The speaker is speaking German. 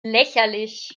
lächerlich